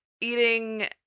eating